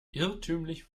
irrtümlich